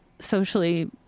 socially